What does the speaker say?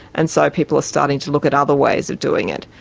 and so people are starting to look at other ways of doing it,